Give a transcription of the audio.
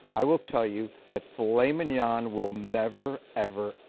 i will tell you that filet mignon will never, ever,